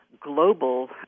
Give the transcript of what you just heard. global